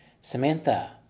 samantha